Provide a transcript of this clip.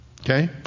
okay